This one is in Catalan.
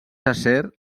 acer